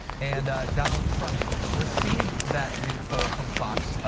and donald trump received that new poll from fox,